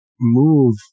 move